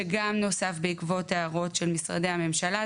שגם נוסף בעקבות הערות של משרדי הממשלה,